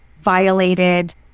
violated